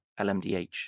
LMDH